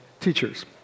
teachers